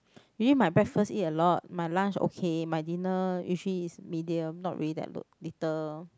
really my breakfast eat a lot my lunch okay my dinner usually is medium not really that look little